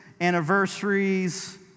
anniversaries